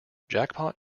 jackpot